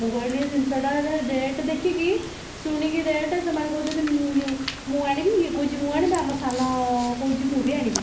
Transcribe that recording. ମୁଁ କହିଲି ତିନିଶହ ଟଙ୍କା ତା ଡେଟ୍ ଦେଖିକି ଶୁଣିକି ରେଟ୍ ସେମାନେ କହୁଛନ୍ତି ମୁଁ ଇଉ ମୁଁ ଆଣିବି ଇଏ କହୁଛି ମୁଁ ଆଣିବି ଆମ ସାନ କହୁଛି ମୁଁ ବି ଆଣିବି